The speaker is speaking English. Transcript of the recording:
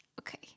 okay